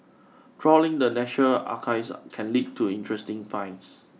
trawling the National Archives can lead to interesting finds